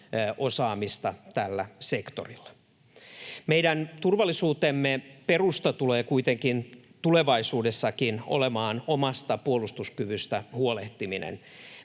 osaamista tällä sektorilla. Meidän turvallisuutemme perusta tulee kuitenkin tulevaisuudessakin olemaan omasta puolustuskyvystä huolehtiminen.